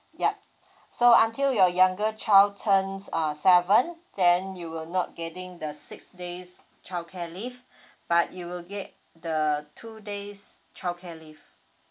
yup so until your younger child turns uh seven then you will not getting the six days childcare leave but you will get the two days childcare leave